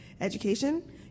education